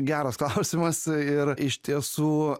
geras klausimas ir iš tiesų